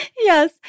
Yes